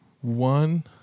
one